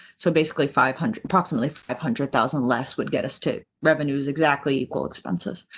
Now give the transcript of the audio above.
so basically, five hundred approximately five hundred thousand less would get us to revenue's. exactly. equal expensive.